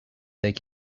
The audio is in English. take